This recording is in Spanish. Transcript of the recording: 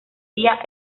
día